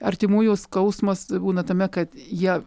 artimųjų skausmas būna tame kad jie